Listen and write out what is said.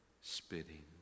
spitting